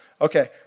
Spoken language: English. Okay